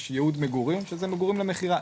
יש ייעוד מגורים שזה מגורים למכירה,